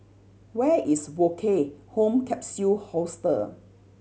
where is Woke Home Capsule Hostel